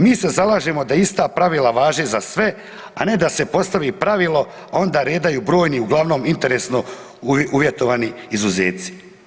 Mi se zalažemo da ista pravila važe za sve, a ne da se postavi pravilo, a onda redaju brojni uglavnom interesno uvjetovani izuzeci.